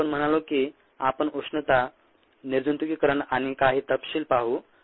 मग आपण म्हणालो की आपण उष्णता निर्जंतुकिकरण आणि काही तपशील पाहू